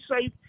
safe